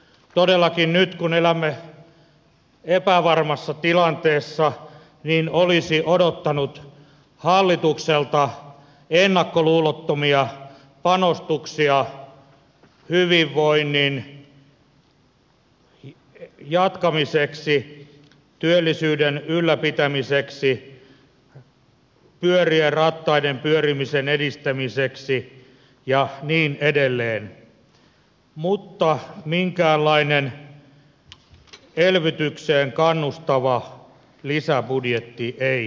todellakin nyt kun elämme epävarmassa tilanteessa olisi odottanut hallitukselta ennakkoluulottomia panostuksia hyvinvoinnin jatkamiseksi työllisyyden ylläpitämiseksi pyörien ja rattaiden pyörimisen edistämiseksi ja niin edelleen mutta minkäänlainen elvytykseen kannustava lisäbudjetti ei ole